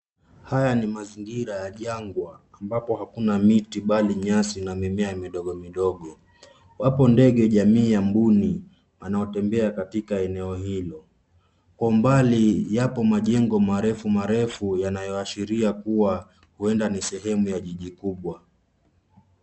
Haya ni mazingira ya jangwa ambapo hakuna mti bali nyasi vidogo vidogo. Wapo ndege jamii ya mbuni wanaotembea katika eneo hilo. Kwa umbali, hapo majengo marefu yanayoashiria kuwa huenda ni sehemu ya jiji kubwa.